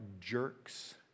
jerks